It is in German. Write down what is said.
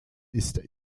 ist